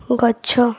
ଗଛ